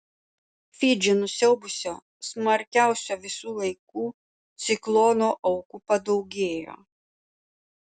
fidžį nusiaubusio smarkiausio visų laikų ciklono aukų padaugėjo